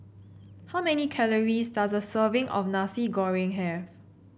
how many calories does a serving of Nasi Goreng have